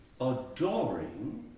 adoring